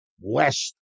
west